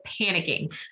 panicking